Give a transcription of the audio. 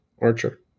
archer